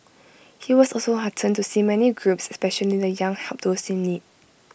he was also heartened to see many groups especially the young help those in need